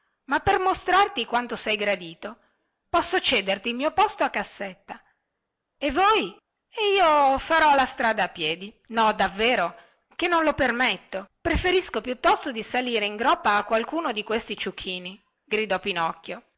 ma per mostrarti quanto sei gradito posso cederti il mio posto a cassetta e voi e io farò la strada a piedi no davvero che non lo permetto preferisco piuttosto di salire in groppa a qualcuno di questi ciuchini gridò pinocchio